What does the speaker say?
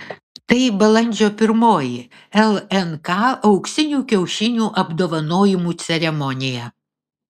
tai balandžio pirmoji lnk auksinių kiaušinių apdovanojimų ceremonija